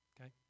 Okay